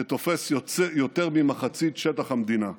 שתופס יותר ממחצית שטח המדינה.